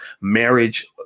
marriage